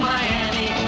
Miami